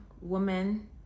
woman